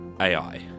AI